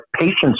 patients